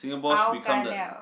bao ka liao